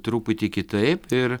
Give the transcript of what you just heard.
truputį kitaip ir